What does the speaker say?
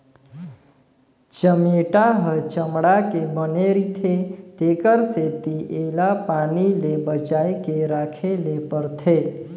चमेटा ह चमड़ा के बने रिथे तेखर सेती एला पानी ले बचाए के राखे ले परथे